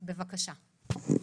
בבקשה.